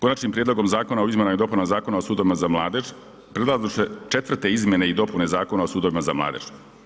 Konačnim prijedlogom zakona o izmjenama i dopunama Zakona o sudovima za mladež predlaže se 4. izmjene i dopune Zakona o sudovima za mladež.